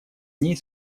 ней